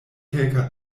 kelka